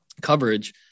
coverage